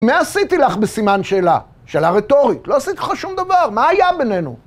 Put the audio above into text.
מה עשיתי לך? בסימן שאלה, שאלה רטורית. לא עשיתי לך שום דבר, מה היה בינינו?